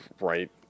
Right